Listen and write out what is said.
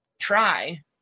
try